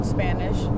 Spanish